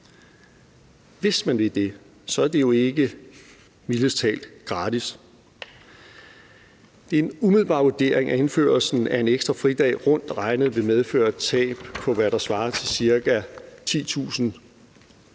Hvis man vil det, er det jo mildest talt ikke gratis. Min umiddelbare vurdering er, at indførelsen af en ekstra fridag rundt regnet vil medføre tab på, hvad der svarer til, hvad